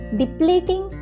depleting